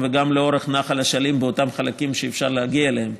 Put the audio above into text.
וגם לאורך נחל אשלים באותם חלקים שאפשר להגיע אליהם.